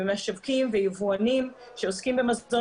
את המשווקים והיבואנים שעוסקים במזון